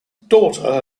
daughter